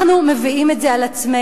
אנחנו מביאים את זה על עצמנו.